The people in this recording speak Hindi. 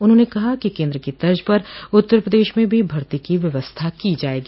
उन्होंने कहा कि केन्द्र की तर्ज पर उत्तर प्रदेश में भी भर्ती की व्यवस्था की जायेगी